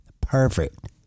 Perfect